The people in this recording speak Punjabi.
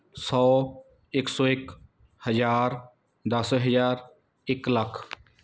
ਸੌ ਇੱਕ ਸੌ ਇੱਕ ਹਜ਼ਾਰ ਦਸ ਹਜ਼ਾਰ ਇੱਕ ਲੱਖ